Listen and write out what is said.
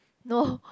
no